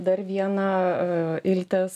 dar vieną iltės